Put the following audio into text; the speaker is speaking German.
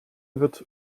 wird